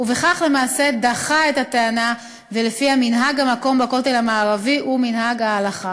ובכך למעשה דחה את הטענה כי מנהג המקום בכותל המערבי הוא מנהג ההלכה.